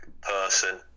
person